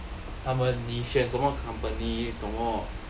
他们你选什么 company 什么